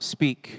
Speak